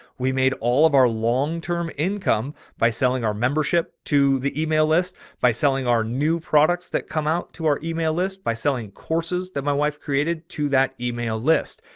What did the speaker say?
we made all of our longterm income by selling our membership. to the email list by selling our new products that come out to our email list by selling courses that my wife created to that email list.